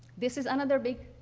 this is another big